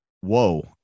whoa